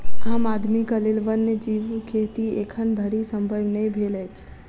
आम आदमीक लेल वन्य जीव खेती एखन धरि संभव नै भेल अछि